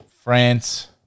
France